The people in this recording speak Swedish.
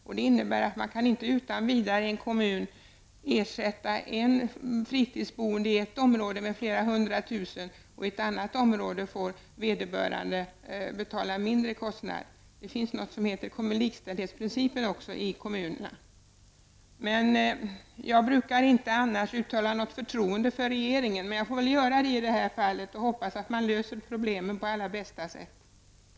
Det kan inte vara så att en kommun utan vidare ersätter fritidsboende i ett område med flera hundratusen, medan man i ett annat område själv får betala kostnaderna. Det finns något som heter den kommunala likställighetsprincipen. Jag brukar inte annars uttala förtroende för regeringen, men jag får väl göra det i detta fall och hoppas att man löser problemen på allra bästa sätt.